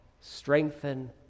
strengthen